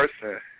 person